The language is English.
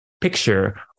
picture